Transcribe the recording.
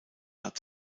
hat